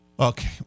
Okay